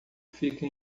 fica